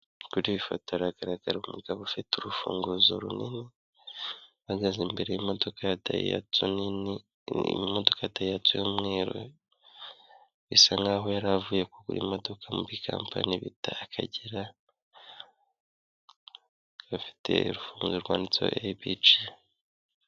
Kuri iyi foto hagaragaraho umugabo ufite urufunguzo runini, uhagaze imbere y'imodoka ya dayihatsu nini, ni imodoka ya dayihatsu y'umweru, bisa nk'aho yari avuye kugura imodoka muri kampani bita Akagera, bafite urufunguzo rwanditseho IBG.